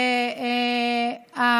אני והלשכה שלי.